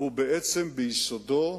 הוא בעצם ביסודו,